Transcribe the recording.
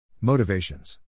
Motivations